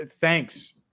Thanks